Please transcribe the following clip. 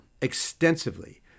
extensively